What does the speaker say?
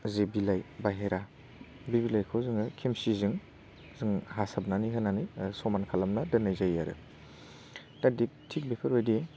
जे बिलाइ बाइहेरा बे बिलाइखौ जोङो खेमसिजों जों हासाबनानै होनानै समान खालामना दोननाय जायो आरो दा थिक बेफोरबादि